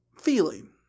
feeling